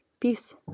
Peace